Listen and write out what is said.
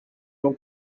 donc